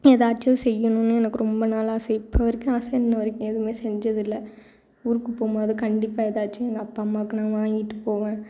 ஏதாச்சும் செய்யணும்னு எனக்கு ரொம்ப நாளாக ஆசை இப்போ வரைக்கும் ஆசை இன்று வரைக்கும் எதுவும் செஞ்சதில்லை ஊருக்கு போகும்போது கண்டிப்பாக ஏதாச்சும் எங்கள் அப்பா அம்மாவுக்கு நான் வாங்கிட்டு போவேன்